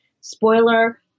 spoiler